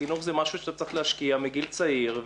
חינוך זה משהו שאתה צריך להשקיע מגיל צעיר.